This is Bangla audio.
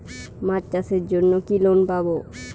মাছ চাষের জন্য কি লোন পাব?